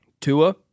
Tua